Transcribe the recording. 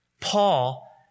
Paul